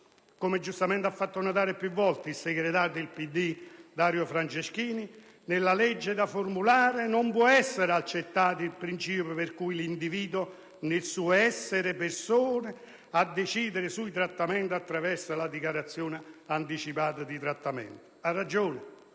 come giustamente ha fatto notare più volte il segretario del Partito Democratico, Dario Franceschini. Nella legge da formulare non può non essere accettato il principio per cui è l'individuo, nel suo essere persona, a decidere sui trattamenti attraverso la dichiarazione anticipata di trattamento. Ha ragione